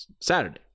Saturday